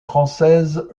française